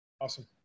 Awesome